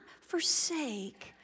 forsake